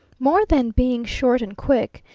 more than being short and quick,